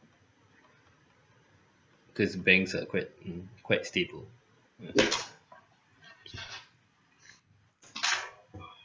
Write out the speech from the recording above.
cause banks are quite quite stable